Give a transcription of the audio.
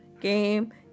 game